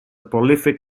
prolific